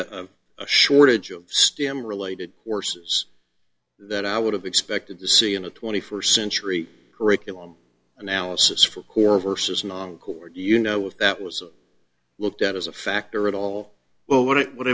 be a shortage of stem related courses that i would have expected to see in a twenty first century curriculum analysis for core versus non chord you know if that was a looked at as a factor at all well what it w